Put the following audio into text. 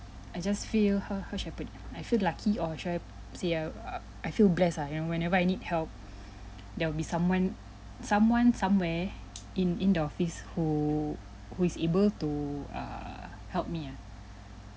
I just feel how how show should I put it I feel lucky or should I say uh I feel blessed ah you know whenever I need help there will be someone someone somewhere in in the office who who is able to err help me ah